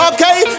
Okay